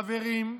חברים,